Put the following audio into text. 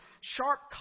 sharp